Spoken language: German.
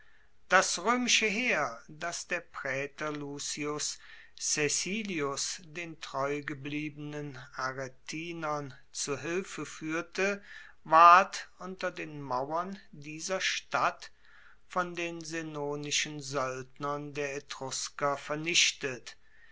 das roemische heer das der praetor lucius caecilius den treu gebliebenen arretinern zu hilfe fuehrte ward unter den mauern dieser stadt von den senonischen soeldnern der etrusker vernichtet